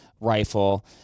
rifle